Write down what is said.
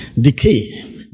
decay